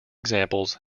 examples